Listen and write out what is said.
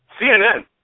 CNN